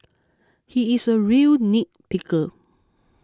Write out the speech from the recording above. he is a real nitpicker